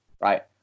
right